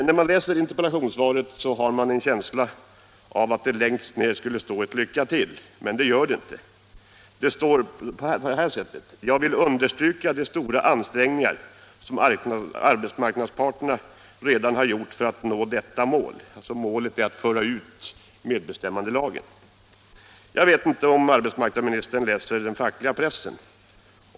När man läser interpellationssvaret har man en känsla av att det längst ned skulle stå ett lycka till, men det gör det inte. Det står i stället: ”Jag vill också understryka de stora ansträngningar som arbetsmarknadens parter redan har gjort för att nå detta mål” — att föra ut medbestämmandelagen. Jag vet inte om arbetsmarknadsministern läser den fackliga pressen.